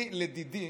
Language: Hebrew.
אני, לדידי,